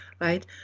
Right